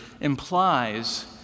implies